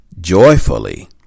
joyfully